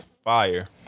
Fire